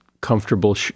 comfortable